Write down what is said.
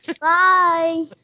bye